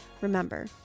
Remember